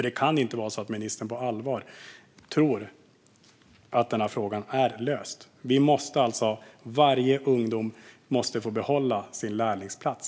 Det kan inte vara så att ministern på allvar tror att denna fråga är löst. Varje ungdom måste få behålla sin lärlingsplats.